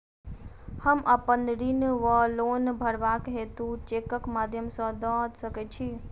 हम अप्पन ऋण वा लोन भरबाक हेतु चेकक माध्यम सँ दऽ सकै छी?